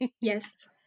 Yes